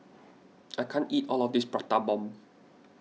I can't eat all of this Prata Bomb